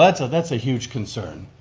that's that's a huge concern.